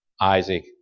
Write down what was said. Isaac